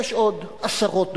יש עוד עשרות דוגמאות.